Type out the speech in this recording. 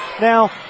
now